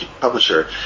publisher